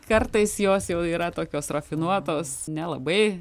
kartais jos jau yra tokios rafinuotos nelabai